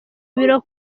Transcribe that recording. ibiro